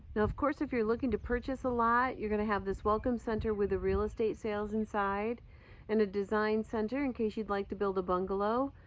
of course if you're looking to purchase a lot, you're gonna have this welcome center with the real estate sales inside and a design center in case you'd like to build a bungalow.